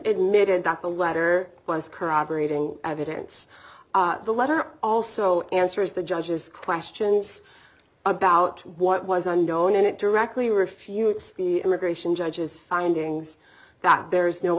admitted that the letter was corroborating evidence the letter also answers the judge's questions about what was unknown and it directly refutes the immigration judge's findings that there is no